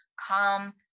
calm